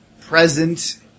present